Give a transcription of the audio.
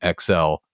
XL